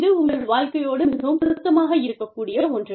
இது உங்கள் வாழ்க்கையோடு மிகவும் பொருத்தமாக இருக்கக் கூடிய ஒன்று